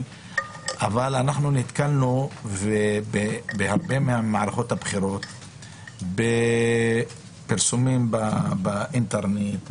אבל אנחנו נתקלנו בהרבה ממערכות הבחירות בפרסומים באינטרנט,